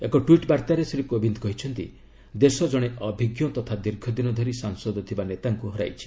ଏକ ଟ୍ୱିଟ୍ ବାର୍ତ୍ତାରେ ଶ୍ରୀ କୋବିନ୍ଦ କହିଛନ୍ତି ଦେଶ ଜଣେ ଅଭିଜ୍ଞ ତଥା ଦୀର୍ଘଦିନ ଧରି ସାଂସଦ ଥିବା ନେତାଙ୍କୁ ହରାଇଛି